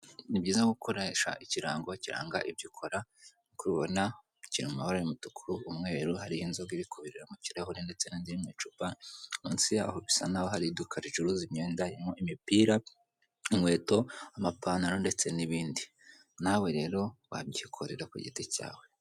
Ni byiza gukoresha ikirango kiranga ibyo ukora kiriya ubona kiri mu mabara y'umutuku, umweru hariho inzoga iri kubirira mu kirahuri n'indi iri mu icupa. Munsi yaho bisa n'aho hari iduka rcuruza imyenda harimo imipira, inkweto amapantaro ndetse n'ibindi, nawe rero wabyikorera ku giti cyawe.